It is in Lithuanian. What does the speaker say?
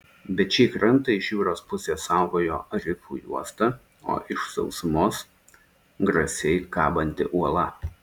bet šį krantą iš jūros pusės saugojo rifų juosta o iš sausumos grasiai kabanti uola